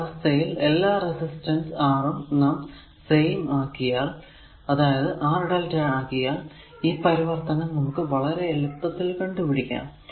ഈ അവസ്ഥയിൽ എല്ലാ റെസിസ്റ്റൻസ് R ഉം നാം സെയിം ആക്കിയാൽ അതായത് R lrmΔ ആക്കിയാൽ ഈ പരിവർത്തനം നമുക്ക് വളരെ എളുപ്പത്തിൽ കണ്ടു പിടിക്കാം